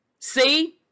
See